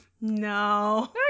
no